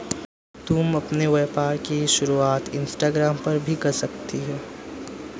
तुम अपने व्यापार की शुरुआत इंस्टाग्राम पर भी कर सकती हो